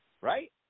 right